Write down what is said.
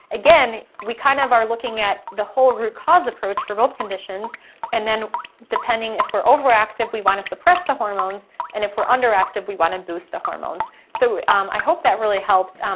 again, we kind of are looking at the whole root cause approach for both conditions and then depending, if we're overactive, we wanna suppress the hormones and if we're underactive, we wanna boost the hormones. so i hope that really helps.